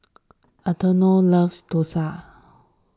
Antonio loves Dosa